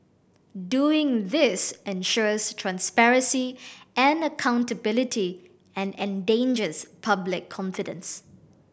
doing this ensures transparency and accountability and engenders public confidence